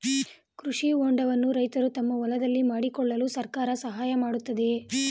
ಕೃಷಿ ಹೊಂಡವನ್ನು ರೈತರು ತಮ್ಮ ಹೊಲದಲ್ಲಿ ಮಾಡಿಕೊಳ್ಳಲು ಸರ್ಕಾರ ಸಹಾಯ ಮಾಡುತ್ತಿದೆಯೇ?